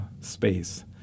space